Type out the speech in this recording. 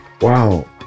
Wow